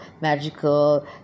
magical